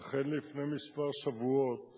אכן, לפני כמה שבועות